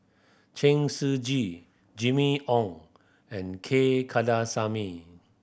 Chen Shiji Jimmy Ong and K Kandasamy